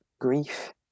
grief